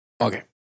Okay